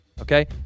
Okay